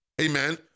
amen